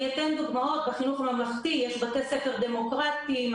בחינוך הממלכתי יש בתי ספר דמוקרטיים,